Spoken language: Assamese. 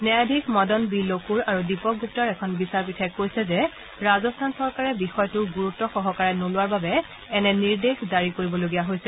ন্যায়াধীশ মদন বি লকুৰ আৰু দীপক গুপ্তাৰ এখন বিচাৰপীঠে কৈছে যে ৰাজস্থান চৰকাৰে বিষয়টোক গুৰুত্ব সহকাৰে নোলোৱাৰ বাবে এনে নিৰ্দেশ জাৰি কৰিবলগীয়া হৈছে